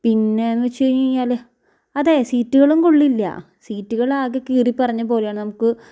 പിന്നേന്ന് വെച്ച് കഴിഞ്ഞ്ഴിഞ്ഞാൽ അതെ സീറ്റുകളും കൊള്ളില്ല സീറ്റുകളാകെ കീറിപ്പറിഞ്ഞ പോലെയാണ് നമുക്ക്